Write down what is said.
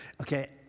Okay